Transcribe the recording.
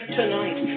tonight